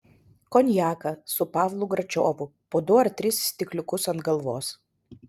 konjaką su pavlu gračiovu po du ar tris stikliukus ant galvos